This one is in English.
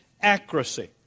accuracy